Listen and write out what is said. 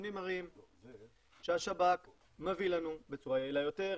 והנתונים מראים שהשב"כ מביא לנו בצורה יעילה יותר,